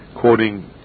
Quoting